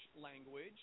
language